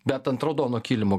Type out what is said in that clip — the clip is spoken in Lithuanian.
bet ant raudono kilimo